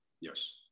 Yes